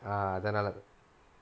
err then